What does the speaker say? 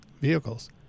vehicles